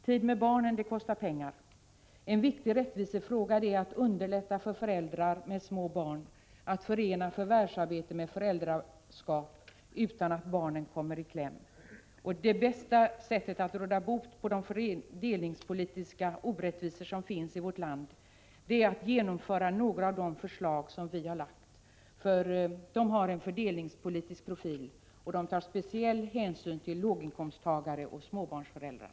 Tid med barnen kostar pengar. En viktig rättvisefråga är att underlätta för föräldrar med småbarn att förena förvärvsarbete med föräldraskap utan att barnen kommer i kläm. Det bästa sättet att råda bot på de fördelningspolitiska orättvisorna i vårt land är att genomföra några av de förslag som vi har lagt fram. De har nämligen en fördelningspolitisk profil, och de tar speciell hänsyn till låginkomsttagare och småbarnsföräldrar.